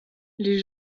les